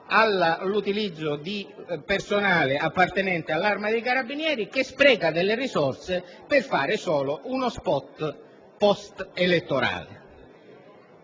- l'utilizzo di personale appartenente all'Arma dei carabinieri e che spreca risorse per fare solo uno *spot* post-elettorale.